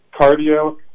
cardio